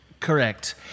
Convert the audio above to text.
Correct